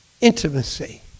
intimacy